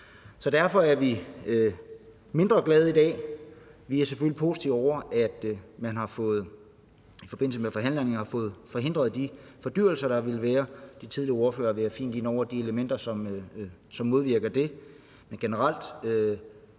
Så derfor er vi mindre glade i dag. Vi er selvfølgelig positive over, at man i forbindelse med forhandlingerne har fået forhindret de fordyrelser, der ville være. De tidligere ordførere har været fint inde over de elementer, som modvirker det.